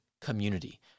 community